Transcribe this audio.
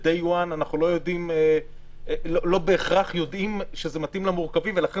ביום הראשון אנחנו לא בהכרח יודעים שזה מתאים למורכבים ולכן